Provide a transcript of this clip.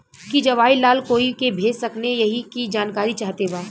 की जवाहिर लाल कोई के भेज सकने यही की जानकारी चाहते बा?